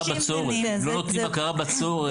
הם לא נותנים הכרה בצורך.